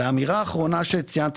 לאמירה האחרונה שציינת,